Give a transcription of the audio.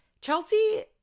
Chelsea